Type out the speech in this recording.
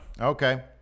okay